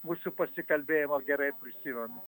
mūsų pasikalbėjimą gerai prisimenu